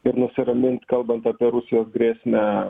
ir nusiramint kalbant apie rusijos grėsmę